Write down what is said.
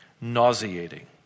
nauseating